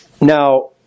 Now